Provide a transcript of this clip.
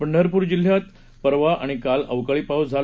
पंढरपूर परिसरात परवा आणि काल अवकाळी पाऊस झाला